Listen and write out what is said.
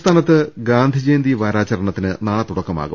സംസ്ഥാനത്ത് ഗാന്ധിജയന്തി വാരാചരണത്തിന് നാളെ തുട ക്കമാവും